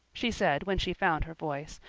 she said when she found her voice.